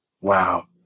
wow